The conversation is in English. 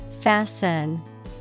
fasten